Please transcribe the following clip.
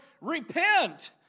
Repent